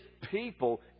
people